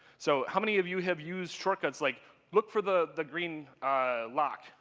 so how many of you have used shortcuts like look for the the green lock,